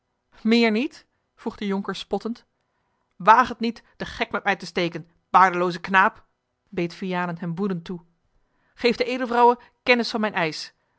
meer niet vroeg de jonker spottend waag het niet den gek met mij te steken baardelooze knaap beet vianen hem woedend toe geef de edelvrouwe kennis van mijn